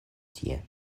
tie